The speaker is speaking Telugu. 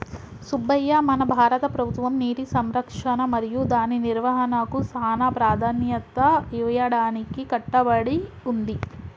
సుబ్బయ్య మన భారత ప్రభుత్వం నీటి సంరక్షణ మరియు దాని నిర్వాహనకు సానా ప్రదాన్యత ఇయ్యడానికి కట్టబడి ఉంది